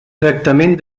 tractament